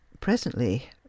Presently